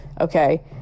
okay